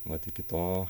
vat iki to